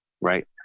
right